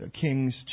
Kings